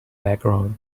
background